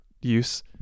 use